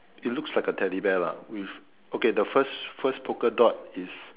it looks like a teddy bear lah with okay the first first polka dot is